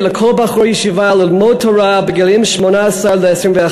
לכל בחור ישיבה ללמוד תורה בגילים 18 21,